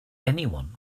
anyone